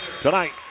tonight